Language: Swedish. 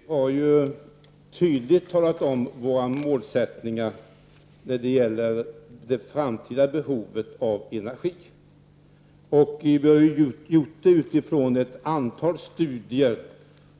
Fru talman! Vi i centern har ju tydligt talat om våra målsättningar när det gäller det framtida behovet av energi. Vi har utifrån ett antal studier talat